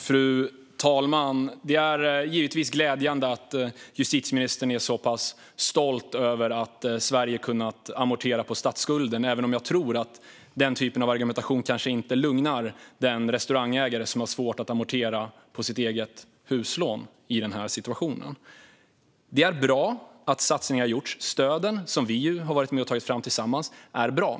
Fru talman! Det är givetvis glädjande att justitieministern är så pass stolt över att Sverige har kunnat amortera på statsskulden, även om jag kanske tror att den typen av argumentation inte lugnar den restaurangägare som har svårt att amortera på sitt eget huslån i denna situation. Det är bra att satsningar har gjorts. De stöd som vi har varit med och tagit fram tillsammans är bra.